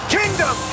kingdom